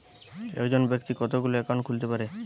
একজন ব্যাক্তি কতগুলো অ্যাকাউন্ট খুলতে পারে?